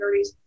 1930s